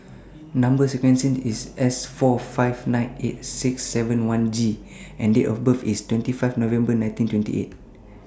Number sequence IS S four five nine eight six seven one G and Date of birth IS twenty five November nineteen twenty eight